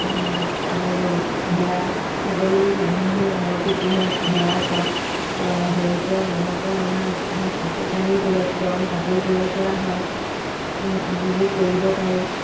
আৰু ভেড়া ছাগলী মানুহে ঘৰতো পোহে ভেড়াৰ কা পৰা হেৰিৰ পৰা নোমৰ পৰা আমাৰ ধৰা কাপোৰ কানিও তৈয়াৰ ক গৰম কাপোৰ তৈয়াৰ কৰা হয় আদিবোৰ কৰিব পাৰি